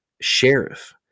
sheriff